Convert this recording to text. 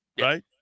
right